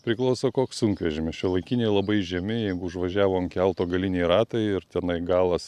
priklauso koks sunkvežimis šiuolaikiniai labai žemi jeigu užvažiavo ant kelto galiniai ratai ir tenai galas